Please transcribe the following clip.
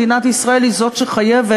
מדינת ישראל היא שחייבת